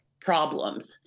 problems